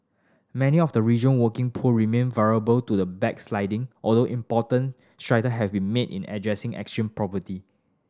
many of the region working poor remain vulnerable to the backsliding although important strider have been made in addressing extreme poverty